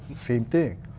same thing.